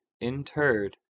interred